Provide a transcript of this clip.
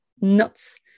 nuts